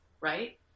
right